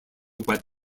web